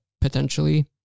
potentially-